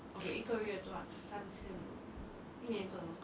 you cannot expect them to give you all hundred thousand [what] but if you earned it